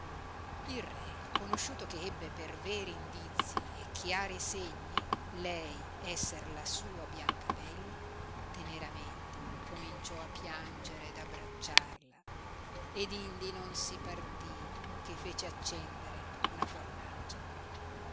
il re conosciuto che ebbe per veri indizi e chiari segni lei esser la sua biancabella teneramente cominciò a piangere ed abbracciarla ed indi non si partì che fece accendere una fornace